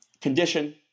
Condition